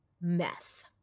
meth